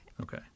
Okay